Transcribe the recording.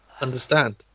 Understand